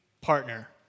partner